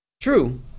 True